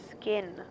skin